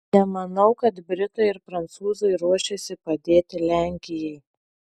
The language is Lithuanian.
nemanau kad britai ir prancūzai ruošiasi padėti lenkijai